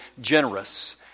generous